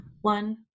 one